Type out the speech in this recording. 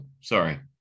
sorry